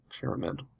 Pyramid